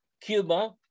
Cuba